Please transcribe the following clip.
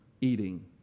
eating